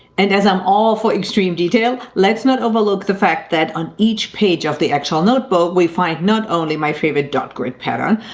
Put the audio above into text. and as i'm all for extreme detail, let's not overlook the fact that on each page of the actual notebook we find not only my favorite dot grid pattern,